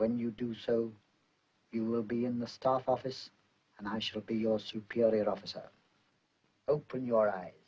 when you do so you will be in the staff office and i should be your superior officer open your eyes